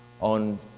on